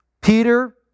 Peter